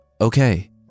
Okay